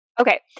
Okay